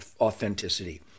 authenticity